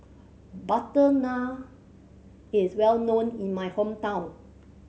butter naan is well known in my hometown